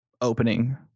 opening